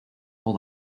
hold